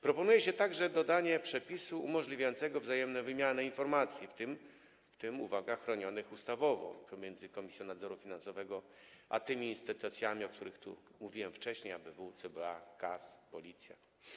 Proponuje się także dodanie przepisu umożliwiającego wzajemną wymianę informacji, w tym - uwaga - chronionych ustawowo, pomiędzy Komisją Nadzoru Finansowego a tymi instytucjami, o których tu mówiłem wcześniej: ABW, CBA, KAS i Policją.